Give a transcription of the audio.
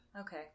okay